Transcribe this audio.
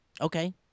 Okay